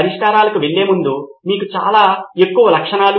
పాఠశాల నిర్వాహకుడిని అందిస్తే అది విద్యార్థులకు తక్కువ సమయం తీసుకుంటుంది